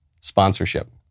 sponsorship